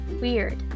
weird